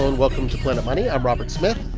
and welcome to planet money. i'm robert smith.